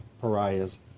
pariahs